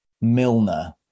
Milner